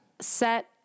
set